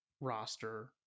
roster